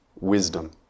wisdom